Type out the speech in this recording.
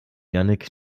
jannick